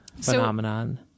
phenomenon